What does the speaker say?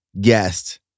guest